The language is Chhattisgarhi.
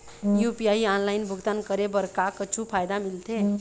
यू.पी.आई ऑनलाइन भुगतान करे बर का कुछू फायदा मिलथे?